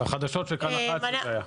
בחדשות של כאן 11 זה היה.